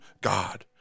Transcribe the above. God